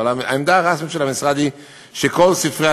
העמדה הרשמית של המשרד היא שכל ספרי